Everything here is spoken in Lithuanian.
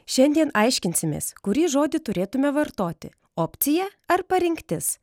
šiandien aiškinsimės kurį žodį turėtume vartoti opcija ar parinktis